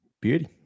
Beauty